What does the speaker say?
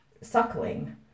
suckling